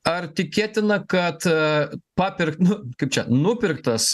ar tikėtina kad papirk nu kaip čia nupirktas